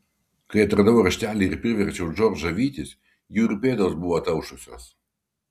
kai atradau raštelį ir priverčiau džordžą vytis jų ir pėdos buvo ataušusios